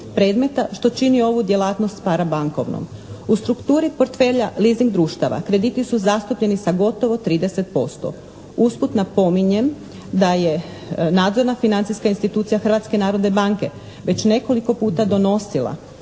predmeta što čini ovu djelatnost parabankovnom. U strukturi portfelja leasing društava krediti su zastupljeni sa gotovo 30%. Usput napominjem da je nadzorna financijska institucija Hrvatske narodne banke već nekoliko puta donosila